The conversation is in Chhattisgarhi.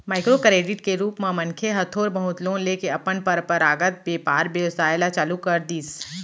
माइक्रो करेडिट के रुप म मनखे ह थोर बहुत लोन लेके अपन पंरपरागत बेपार बेवसाय ल चालू कर दिस